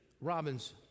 Robin's